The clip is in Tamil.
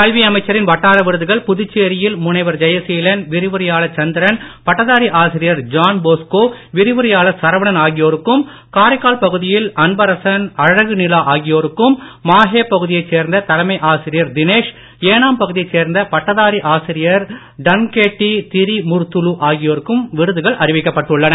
கல்வி அமைச்சரின் வட்டார விருதுகள் புதுச்சேரியில் முனைவர் ஜெயசீலன் விரிவுரையாளர் சந்திரன் பட்டதாரி ஆசிரியர் ஜான் போஸ்கோ விரிவுரையாளர் சரவணன் ஆகியோருக்கும் காரைக்கால் பகுதியில் அன்பரசன் அழகு நிலா ஆகியோருக்கும் மாஹே பகுதியை சேர்ந்த தலைமை ஆசிரியர் தினேஷ் ஏனாம் பகுதியை சேர்ந்த பட்டதாரி ஆசிரியர் டன்கேட்டி திரி மூர்த்துலு ஆகியோருக்கும் விருதுகள் அறிவிக்கப்பட்டுள்ளன